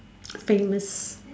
I think this